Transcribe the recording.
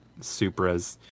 Supras